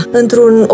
într-un